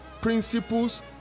principles